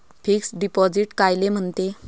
Fix deposit कायले म्हनते?